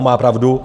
Má pravdu.